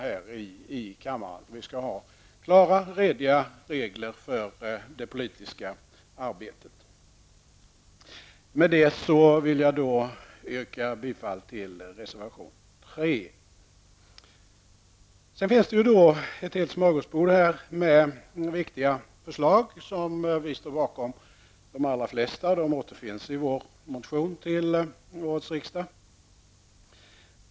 Det skall finnas klara, rediga regler för det politiska arbetet. Med det anförda yrkar jag bifall till reservation 3. Det finns ett helt smörgåsbord med viktiga förslag som centerpartiet står bakom. De allra flesta av dessa förslag återfinns i vår motion till årets riksdag.